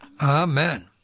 Amen